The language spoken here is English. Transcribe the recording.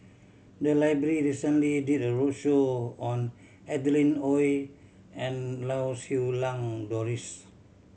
the library recently did a roadshow on Adeline Ooi and Lau Siew Lang Doris